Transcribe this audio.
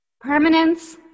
permanence